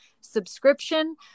subscription